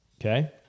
Okay